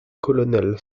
colonel